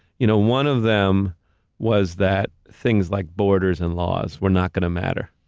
you know, one of them was that things like borders and laws were not gonna matter,